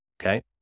Okay